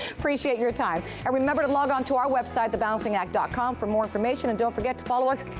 appreciate your time. and remember to log on to our website, thebalancingact dot com for more information. and don't forget to follow us,